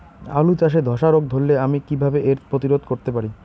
আলু চাষে ধসা রোগ ধরলে আমি কীভাবে এর প্রতিরোধ করতে পারি?